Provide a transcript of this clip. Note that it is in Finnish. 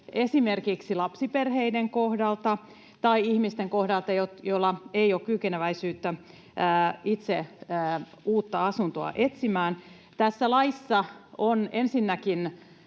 esimerkiksi lapsiperheiden kohdalta tai ihmisten kohdalta, joilla ei ole kykeneväisyyttä itse etsiä uutta asuntoa. Tässä laissa on ensinnäkin